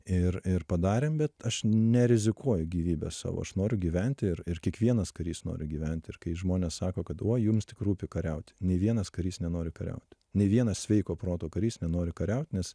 ir ir padarėm bet aš nerizikuoju gyvybe savo aš noriu gyventi ir ir kiekvienas karys nori gyventi ir kai žmonės sako kad oj jums tik rūpi kariauti nei vienas karys nenori kariauti nei vienas sveiko proto karys nenori kariaut nes